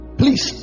please